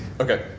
Okay